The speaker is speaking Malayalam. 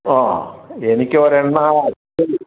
ആ എനിക്ക് ഒരെണ്ണം